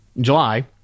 July